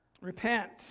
Repent